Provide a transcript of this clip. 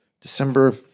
December